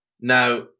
Now